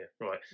Right